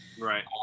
right